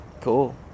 Cool